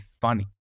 funny